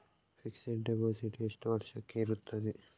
Fixed deposit ಎಷ್ಟು ವರ್ಷಕ್ಕೆ ಇರುತ್ತದೆ?